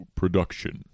production